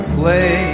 play